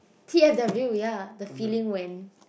T_F_W ya the feeling when